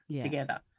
together